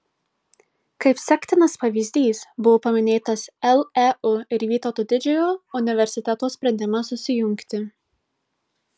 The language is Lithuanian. kaip sektinas pavyzdys buvo paminėtas leu ir vytauto didžiojo universiteto sprendimas susijungti